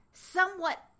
Somewhat